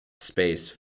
space